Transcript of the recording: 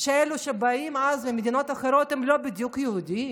שאלו שבאים ממדינות אחרות הם לא בדיוק יהודים,